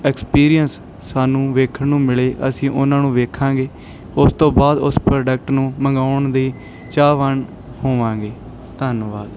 experience ਸਾਨੂੰ ਵੇਖਣ ਨੂੰ ਮਿਲੇ ਅਸੀਂ ਉਹਨਾਂ ਨੂੰ ਵੇਖਾਂਗੇ ਉਸ ਤੋਂ ਬਾਅਦ ਉਸ ਪ੍ਰੋਡਕਟ ਨੂੰ ਮੰਗਵਾਉਣ ਦੇ ਚਾਹਵਾਨ ਹੋਵਾਂਗੇ ਧੰਨਵਾਦ